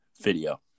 video